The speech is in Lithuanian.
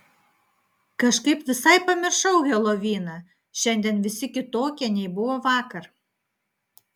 kažkaip visai pamiršau heloviną šiandien visi kitokie nei buvo vakar